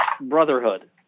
brotherhood